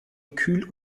kühl